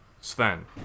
Sven